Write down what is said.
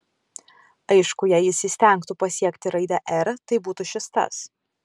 aišku jei jis įstengtų pasiekti raidę r tai būtų šis tas